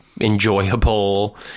enjoyable